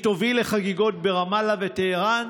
היא תוביל לחגיגות ברמאללה וטהרן?